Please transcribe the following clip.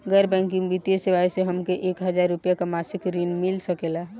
गैर बैंकिंग वित्तीय सेवाएं से हमके एक हज़ार रुपया क मासिक ऋण मिल सकेला?